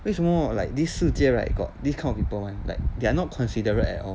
为什么 like this 世界 right got this kind of people [one] like they are not considerate at all